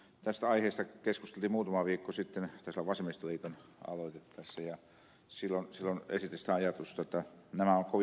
tästä aiheesta keskustelin muutama viikko sitten taisi olla vasemmistoliiton aloite tässä ja silloin esitin sitä ajatusta jotta tämä perusvähennys on kovin matala